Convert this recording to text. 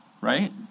right